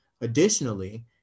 Additionally